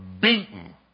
beaten